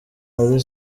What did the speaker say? alyn